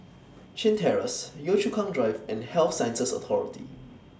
Chin Terrace Yio Chu Kang Drive and Health Sciences Authority